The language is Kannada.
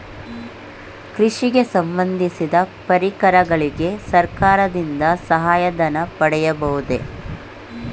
ಕೃಷಿಗೆ ಸಂಬಂದಿಸಿದ ಪರಿಕರಗಳಿಗೆ ಸರ್ಕಾರದಿಂದ ಸಹಾಯ ಧನ ಪಡೆಯಬಹುದೇ?